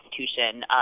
institution